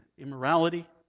immorality